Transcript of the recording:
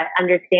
understand